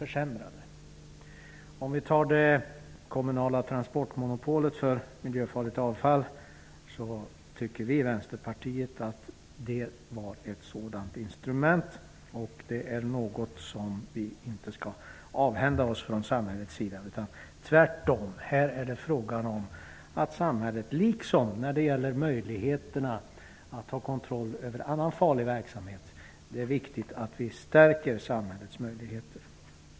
Vänsterpartiet tycker att det kommunala transportmonopolet för miljöfarligt avfall var ett sådant instrument. Vi tycker att samhället inte skall avhända sig sådana instrument -- tvärtom. Det är viktigt att vi stärker samhällets möjligheter att ha kontroll över denna och andra farliga verksamheter.